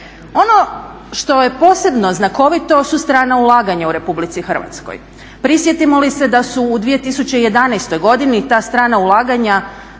Ono što je posebno znakovito su strana ulaganja u Republici Hrvatskoj. Prisjetimo li se da su u 2011. godini ta strana ulaganja